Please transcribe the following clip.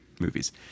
movies